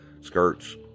skirts